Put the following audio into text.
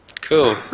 Cool